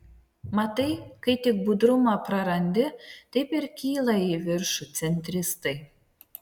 matai kai tik budrumą prarandi taip ir kyla į viršų centristai